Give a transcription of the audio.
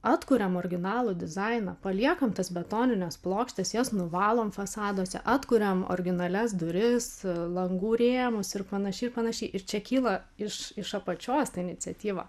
atkuriam originalų dizainą paliekam tas betonines plokštes jas nuvalom fasaduose atkuriam originalias duris langų rėmus ir panašiai ir panašiai ir čia kyla iš iš apačios ta iniciatyva